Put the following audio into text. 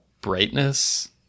brightness